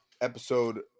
episode